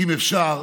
אם אפשר,